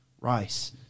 rice